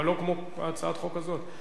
אבל כמו בהצעת החוק הזאת?